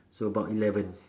so about eleven